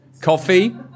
Coffee